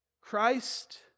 Christ